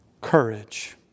courage